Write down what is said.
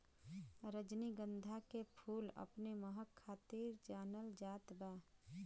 रजनीगंधा के फूल अपने महक खातिर जानल जात बा